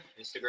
Instagram